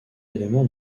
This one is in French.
éléments